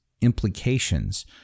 implications